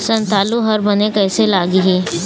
संतालु हर बने कैसे लागिही?